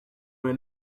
were